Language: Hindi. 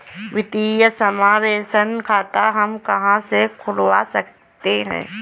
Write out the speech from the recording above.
वित्तीय समावेशन खाता हम कहां से खुलवा सकते हैं?